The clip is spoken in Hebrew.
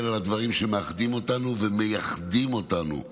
על הדברים שמאחדים אותנו ומייחדים אותנו כעם.